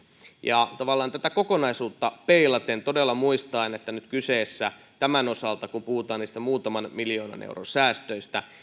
tavallaan tätä kokonaisuutta peilaten todella muistaen että nyt tämän osalta puhutaan niistä muutaman miljoonan euron säästöistä